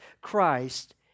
Christ